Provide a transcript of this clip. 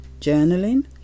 journaling